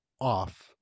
off